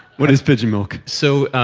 what is pigeon milk? so,